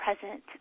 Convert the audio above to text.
present